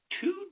two